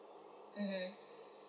mmhmm